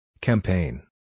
Campaign